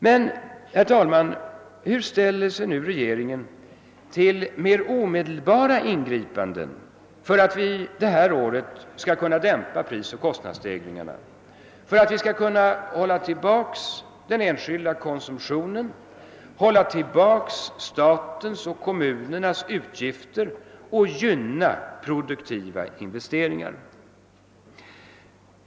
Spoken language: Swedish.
Men, herr talman, hur ställer sig nu regeringen till mer omedelbara ingripanden, för att vi under detta år skall kunna dämpa prisoch kostnadsstegringarna, för att vi skall kunna hålla tillbaka den enskilda konsumtionen, hålla nere statens och kommunernas utgifter och gynna produktiva investeringar?